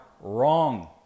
wrong